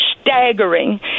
staggering